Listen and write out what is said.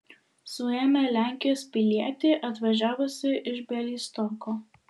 suėmė lenkijos pilietį atvažiavusį iš bialystoko